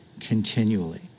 continually